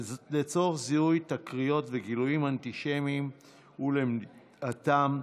לצורך זיהוי תקריות וגילויים אנטישמיים ולמניעתם,